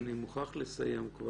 אני מוכרח לסיים.